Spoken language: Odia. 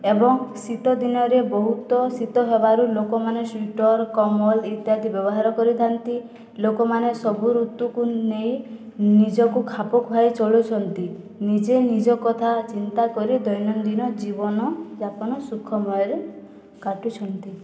ଏବଂ ଶୀତ ଦିନରେ ବହୁତ ଶୀତ ହେବାରୁ ଲୋକମାନେ ସ୍ୱିଟର କମଲ ଇତ୍ୟାଦି ବ୍ୟବହାର କରିଥାନ୍ତି ଲୋକମାନେ ସବୁ ଋତୁକୁ ନେଇ ନିଜକୁ ଖାପ ଖୁଆଇ ଚଳୁଛନ୍ତି ନିଜେ ନିଜ କଥା ଚିନ୍ତା କରି ଦୈନନ୍ଦିନ ଜୀବନ ଯାପନ ସୁଖମୟରେ କାଟୁଛନ୍ତି